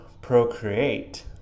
procreate